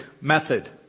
method